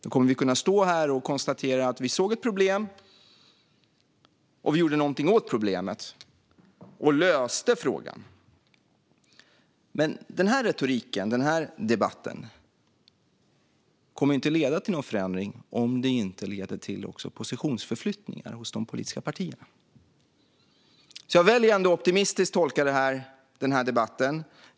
Då kommer vi att kunna stå här och konstatera att vi såg ett problem, gjorde någonting åt problemet och löste frågan. Men den här retoriken och den här debatten kommer inte att leda till någon förändring om det inte också blir positionsförflyttningar hos de politiska partierna. Jag väljer ändå att tolka den här debatten optimistiskt.